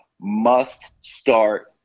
must-start